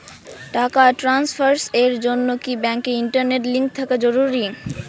টাকা ট্রানস্ফারস এর জন্য কি ব্যাংকে ইন্টারনেট লিংঙ্ক থাকা জরুরি?